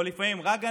לפעמים זה רק גננת,